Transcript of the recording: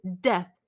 Death